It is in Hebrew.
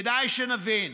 כדאי שנבין: